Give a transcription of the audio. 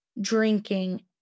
drinking